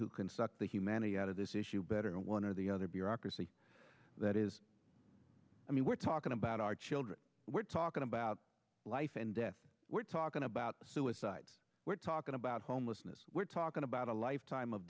who can suck the humanity out of this issue better and one of the other bureaucracy that is i mean we're talking about our children we're talking about life and death we're talking about suicides we're talking about homelessness we're talking about a lifetime of